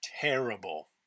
Terrible